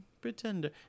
pretender